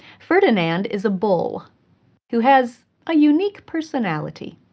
ferdinand is a bull who has a unique personality.